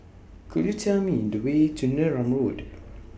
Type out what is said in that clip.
Could YOU Tell Me The Way to Neram Road